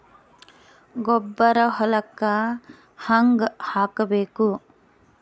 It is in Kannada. ಗೊಬ್ಬರ ಹೊಲಕ್ಕ ಹಂಗ್ ಹಾಕಬೇಕು?